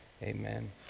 Amen